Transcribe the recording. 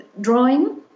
drawing